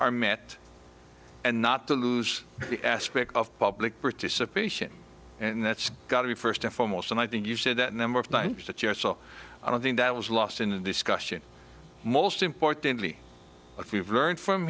are met and not to lose the aspect of public participation and that's got to be first and foremost and i think you said that number of years so i don't think that was lost in the discussion most importantly if we've learned from